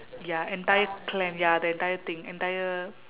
ya entire clan ya the entire thing entire